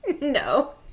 no